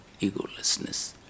egolessness